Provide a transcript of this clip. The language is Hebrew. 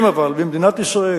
אם במדינת ישראל,